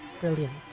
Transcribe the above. Brilliant